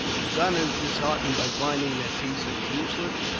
the gunners, disheartened by finding their pieces useless,